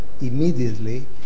immediately